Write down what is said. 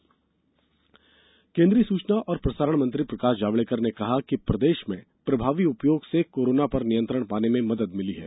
भाजपा बैठक केन्द्रीय सूचना और प्रसारण मंत्री प्रकाश जावड़ेकर ने कहा है कि प्रदेश में प्रभावी उपायोग से कोरोना पर नियंत्रण पाने में मदद मिली है